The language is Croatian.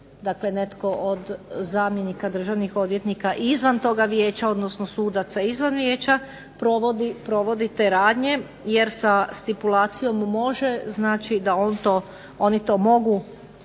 netko od zamjenika državnih odvjetnika i izvan toga vijeća, odnosno sudaca izvan vijeća provodi te radnje. Jer sa stipulacijom može znači da oni to mogu